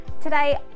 Today